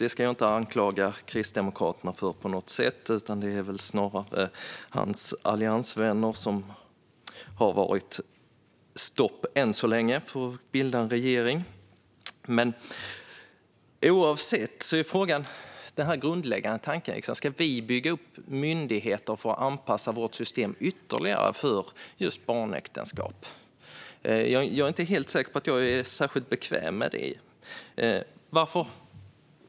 Det ska jag dock inte på något sätt anklaga Kristdemokraterna för, utan det är väl snarare deras alliansvänner som än så länge har satt stopp för att bilda en regering. Den grundläggande frågan är om vi ska bygga upp myndigheter för att anpassa vårt system ytterligare för barnäktenskap. Jag är inte säker på att jag är särskilt bekväm med det.